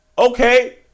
Okay